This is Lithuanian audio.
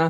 na